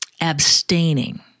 abstaining